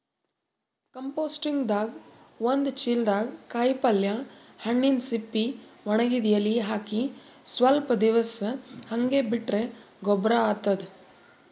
ಕಂಪೋಸ್ಟಿಂಗ್ದಾಗ್ ಒಂದ್ ಚಿಲ್ದಾಗ್ ಕಾಯಿಪಲ್ಯ ಹಣ್ಣಿನ್ ಸಿಪ್ಪಿ ವಣಗಿದ್ ಎಲಿ ಹಾಕಿ ಸ್ವಲ್ಪ್ ದಿವ್ಸ್ ಹಂಗೆ ಬಿಟ್ರ್ ಗೊಬ್ಬರ್ ಆತದ್